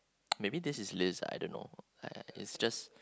maybe this is Liz I I don't know it's just